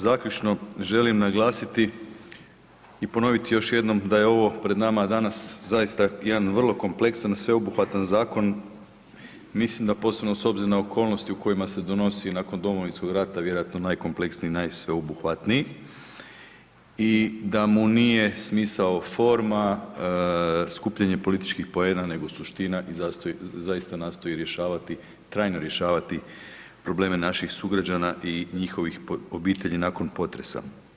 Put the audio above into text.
Zaključno želim naglasiti i ponoviti još jednom da je ovo pred nama danas zaista jedan vrlo kompleksan, sveobuhvatan zakon i mislim da posebno s obzirom na okolnosti u kojima se donosi nakon Domovinskog rata vjerojatno najkompleksniji, najsveobuhvatniji i da mu nije smisao forma, skupljanje političkih poena nego suština i zaista nastoji rješavati trajno, trajno rješavati probleme naših sugrađana i njihovih obitelji nakon potresa.